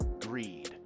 greed